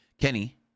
Kenny